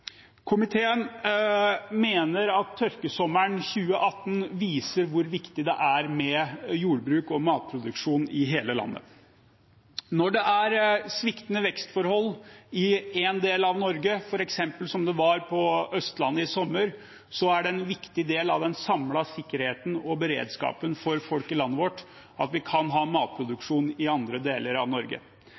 Komiteen mener at tørkesommeren 2018 viser hvor viktig det er med jordbruk og matproduksjon i hele landet. Når det er sviktende vekstforhold i én del av Norge, f.eks. som det var på Østlandet i sommer, er en viktig del av den samlede sikkerheten og beredskapen for folk i landet vårt at vi kan ha matproduksjon i andre deler av Norge.